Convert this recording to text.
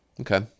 Okay